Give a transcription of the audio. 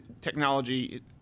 Technology